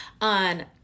on